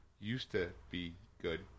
used-to-be-good